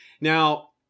Now